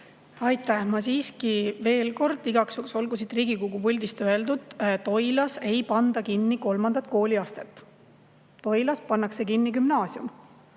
Aitäh! Ma siiski veel kord ütlen, igaks juhuks olgu siit Riigikogu puldist öeldud: Toilas ei panda kinni kolmandat kooliastet. Toilas pannakse kinni gümnaasium.